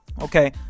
Okay